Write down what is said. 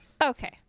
Okay